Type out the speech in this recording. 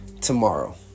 tomorrow